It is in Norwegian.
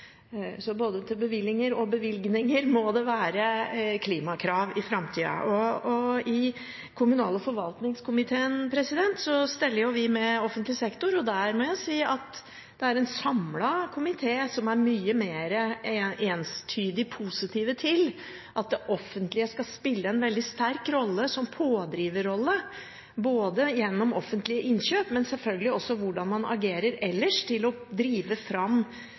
Så både til bevillinger og til bevilgninger må det være klimakrav i framtida. I kommunal- og forvaltningskomiteen steller vi med offentlig sektor, og der må jeg si at det er en samlet komité som er mye mer entydig positiv til at det offentlige skal spille en veldig sterk pådriverrolle gjennom offentlige innkjøp, men selvsagt også hvordan man agerer ellers for å drive fram